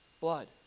blood